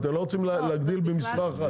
אתם לא רוצים להגדיל במשרה אחת.